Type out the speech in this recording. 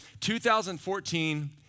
2014